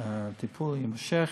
הטיפול יימשך,